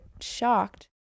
shocked